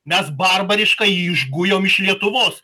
mes barbariškai jį išgujom iš lietuvos